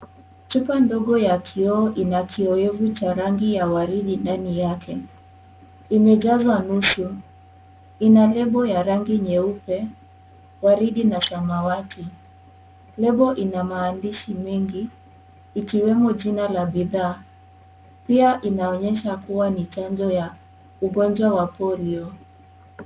Chupa ndogo ya kioo ina kiyoyevu cha rangi ya waridi ndani yake, imejazwa nusu, ina lebo ya rangi nyeupe, waridi na samawati, lebo ina maandishi mengi ikiwemo jina la bidhaa, pia inaonyesha kuwa ni chanjo ya ugonjwa wa polio.